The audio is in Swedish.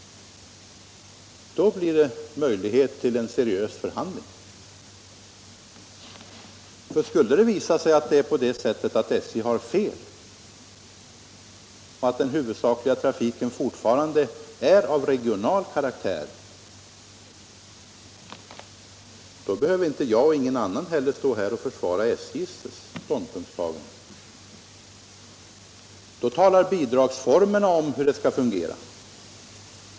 Då blir det möjlighet till seriös förhandling. Skulle det visa sig att SJ har fel och att den huvudsakliga trafiken fortfarande är av regional karaktär, behöver varken jag eller någon annan stå här och försvara SJ:s ståndpunktstagande, utan då talar bidragsformerna om hur det skall fungera.